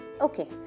okay